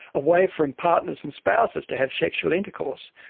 away from partners and spouses, to have sexual intercourse.